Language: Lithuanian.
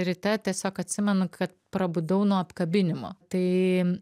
ryte tiesiog atsimenu kad prabudau nuo apkabinimo tai